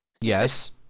Yes